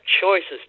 choices